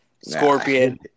Scorpion